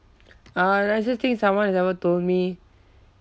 uh nicest thing someone has ever told me